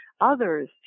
others